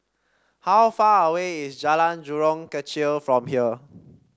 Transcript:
how far away is Jalan Jurong Kechil from here